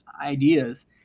ideas